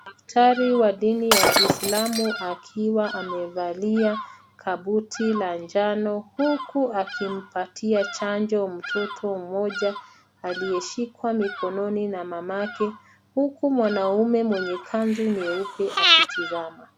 Daktari wa dini ya Kiislamu akiwa amevalia kabuti la njano huku akimpatia chanjo mtoto mmoja aliyeshikwa mikononi na mamake huku mwanamume mwenye kanzu nyeupe akitazama.